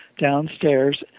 downstairs